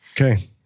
Okay